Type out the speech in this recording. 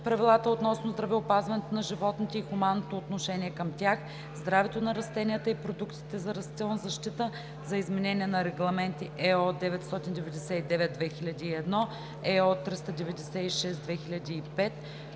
правилата относно здравеопазването на животните и хуманното отношение към тях, здравето на растенията и продуктите за растителна защита, за изменение на регламенти (ЕО) № 999/2001, (EО) № 396/2005,